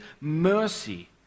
mercy